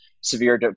severe